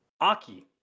Aki